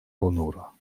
ponuro